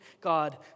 God